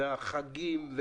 החגים.